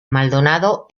maldonado